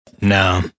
no